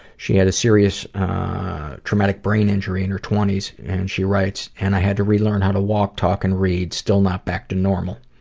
she had a serious traumatic brain injury in her twenty s and she writes, and i had to learn how to walk, talk, and read still not back to normal.